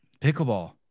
Pickleball